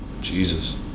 Jesus